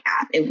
app